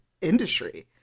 industry